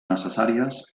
necessàries